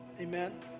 Amen